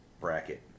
bracket